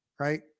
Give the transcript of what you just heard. Right